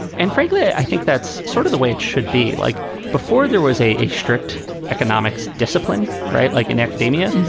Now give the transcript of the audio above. and frankly, i think that's sort of the way it should be like before there was a strict economics discipline. right. like in academia,